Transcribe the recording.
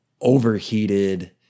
overheated